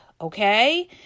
Okay